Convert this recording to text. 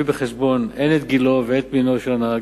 בחשבון הן את גילו ואת מינו של הנהג,